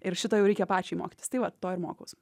ir šito jau reikia pačiai mokytis tai va to ir mokaus